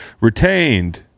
Retained